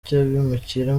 cy’abimukira